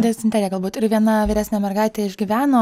dizenterija galbūt ir viena vyresnė mergaitė išgyveno